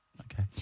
Okay